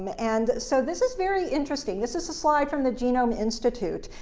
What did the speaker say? um and so this is very interesting. this is a slide from the genome institute,